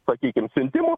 sakykim siuntimų